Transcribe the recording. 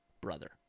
brother